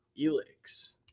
Elix